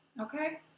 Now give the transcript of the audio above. okay